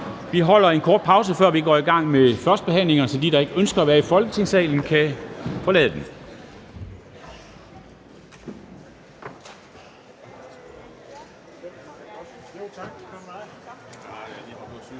Vi holder en kort pause, før vi går i gang med førstebehandlingerne, så de, der ikke ønsker at være i Folketingssalen, kan forlade den.